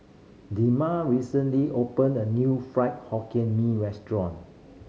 Dema recently opened a new Fried Hokkien Mee restaurant